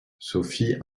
sophie